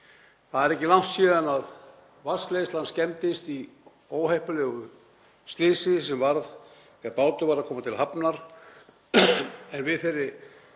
Það er ekki langt síðan vatnsleiðslan skemmdist í óheppilegu slysi sem varð þegar bátur var að koma til hafnar en Eyjamenn